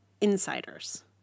insiders